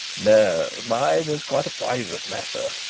no, mine is quite a private matter,